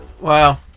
Wow